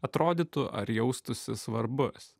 atrodytų ar jaustųsi svarbus